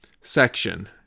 Section